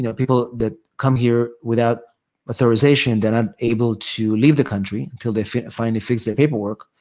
you know people that come here without authorization, they are not able to leave the country until they finally fix the paperwork.